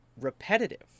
repetitive